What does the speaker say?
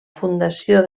fundació